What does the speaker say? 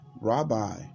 Rabbi